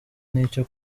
n’icyo